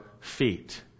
feet